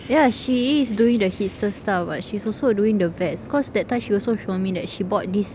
ya she is doing the hipster style but she's also doing the vest cause that time she also show me that she bought this